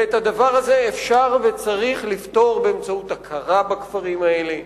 ואת הדבר הזה אפשר וצריך לפתור באמצעות הכרה בכפרים האלה,